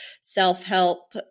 self-help